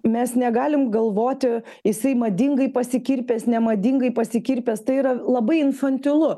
mes negalim galvoti jisai madingai pasikirpęs nemadingai pasikirpęs tai yra labai infantilu